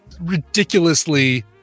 ridiculously